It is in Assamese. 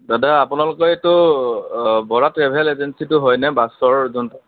দাদা আপোনালোকৰ এইটো আ বৰা ট্ৰেভেল এজেঞ্চীটো হয়নে বাছৰ যিটো